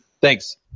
Thanks